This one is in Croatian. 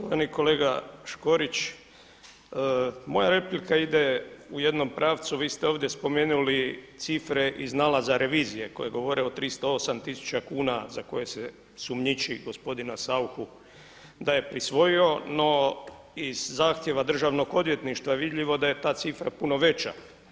Štovani kolega Škorić, moja replika ide u jednom pravcu, vi ste ovdje spomenuli cifre iz nalaza revizije koje govore o 308 tisuća kuna za koje se sumnjiči gospodina Sauchu da je prisvojio, no iz zahtjeva državnog odvjetništva vidljivo da je ta cifra puno veća.